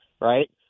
right